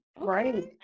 Right